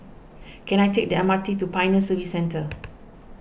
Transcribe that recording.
can I take the M R T to Pioneer Service Centre